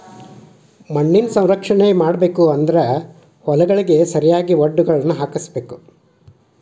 ಮಣ್ಣಿನ ಸಂರಕ್ಷಣೆ ಮಾಡಬೇಕು ಅಂದ್ರ ಹೊಲಗಳಿಗೆ ಸರಿಯಾಗಿ ವಡ್ಡುಗಳನ್ನಾ ಹಾಕ್ಸಬೇಕ